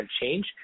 change